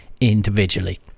individually